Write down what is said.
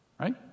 Right